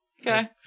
Okay